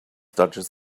dodges